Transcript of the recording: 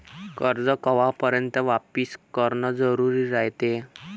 कर्ज कवापर्यंत वापिस करन जरुरी रायते?